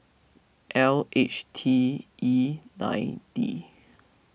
L H T E nine D